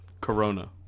Corona